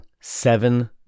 seven